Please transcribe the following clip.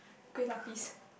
Kueh-Lapis